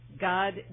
God